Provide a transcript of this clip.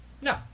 No